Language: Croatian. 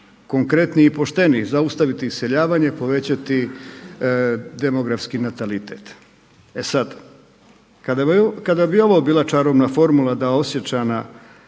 konkretni i pošteni zaustaviti iseljavanje, povećati demografski natalitet. E sad, kada bi ovo bila čarobna formula da Osječana